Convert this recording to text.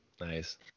Nice